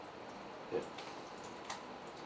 yes